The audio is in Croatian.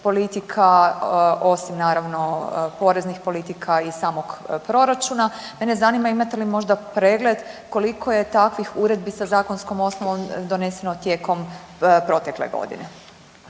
politika osim naravno poreznih politika i samog proračuna. Mene zanima imate li možda pregled koliko je takvih uredbi sa zakonskom osnovom doneseno tijekom protekle godine?